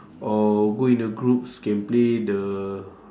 or go in the groups can play the